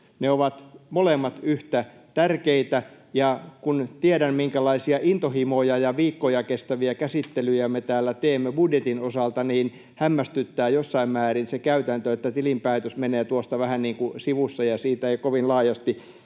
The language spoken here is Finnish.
ne ovat molemmat yhtä tärkeitä. Ja kun tiedän, minkälaisia intohimoja ja viikkoja kestäviä käsittelyjä me täällä teemme budjetin osalta, niin hämmästyttää jossain määrin se käytäntö, että tilinpäätös menee tuossa vähän niin kuin sivussa ja siitä ei kovin laajasti